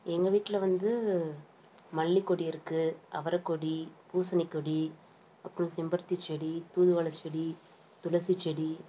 எங்கள் வீட்டில் வந்து மல்லிக்கொடி இருக்குது அவரைக்கொடி பூசணிக்கொடி அப்புறம் செம்பருத்தி செடி தூதுவளை செடி துளசி செடி